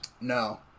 No